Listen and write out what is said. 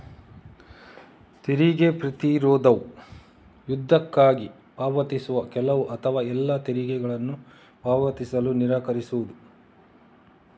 ತೆರಿಗೆ ಪ್ರತಿರೋಧವು ಯುದ್ಧಕ್ಕಾಗಿ ಪಾವತಿಸುವ ಕೆಲವು ಅಥವಾ ಎಲ್ಲಾ ತೆರಿಗೆಗಳನ್ನು ಪಾವತಿಸಲು ನಿರಾಕರಿಸುವುದು